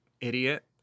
idiot